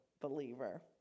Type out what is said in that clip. believer